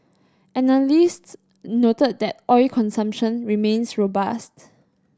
analysts noted that oil consumption remains robust